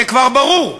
זה כבר ברור,